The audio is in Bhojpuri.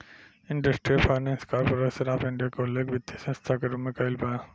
industrial finance corporation of India के उल्लेख वित्तीय संस्था के रूप में कईल बा